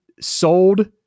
sold